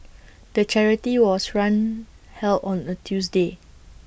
the charity was run held on A Tuesday